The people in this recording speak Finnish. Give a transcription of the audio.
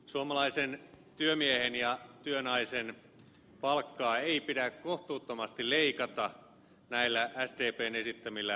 suomalaisen työmiehen ja työnaisen palkkaa ei pidä kohtuuttomasti leikata näillä sdpn esittämillä veronkorotuksilla